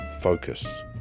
focus